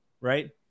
right